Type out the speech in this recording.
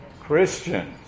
Christians